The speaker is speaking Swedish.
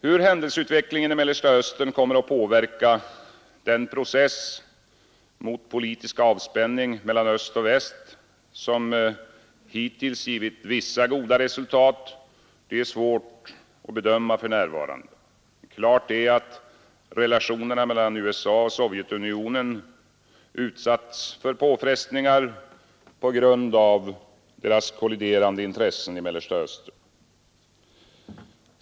Hur händelseutvecklingen i Mellersta Östern kommer att påverka den process mot politisk avspänning mellan öst och väst som hittills givit vissa goda resultat är svårt att bedöma för närvarande. Klart är att relationerna mellan USA och Sovjetunionen utsatts för påfrestningar på grund av deras kolliderande intressen i Mellersta Östern.